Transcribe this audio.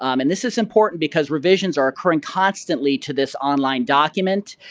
um and this is important because revisions are occurring constantly to this online document,